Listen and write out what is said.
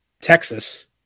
Texas